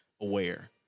aware